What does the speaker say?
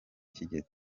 kigeze